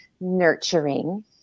nurturing